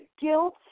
guilt